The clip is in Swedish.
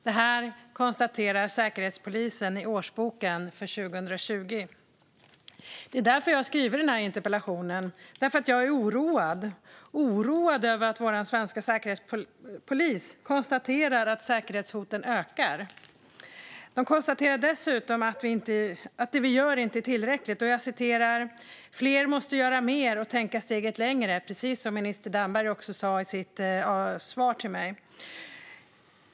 Detta konstaterar Säkerhetspolisen i årsboken för 2020. Det är därför har jag skrivit den här interpellationen. Jag är oroad över att vår svenska säkerhetspolis konstaterar att säkerhetshoten ökar. De konstaterar dessutom att det vi gör inte är tillräckligt. Jag citerar: "Fler måste göra mer och tänka steget längre." Precis detta sa också minister Damberg i sitt svar till mig.